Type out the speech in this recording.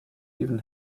even